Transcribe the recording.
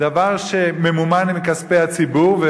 דבר שממומן מכספי הציבור,